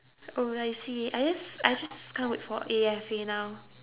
oh I see I just I just can't wait for A_F_A now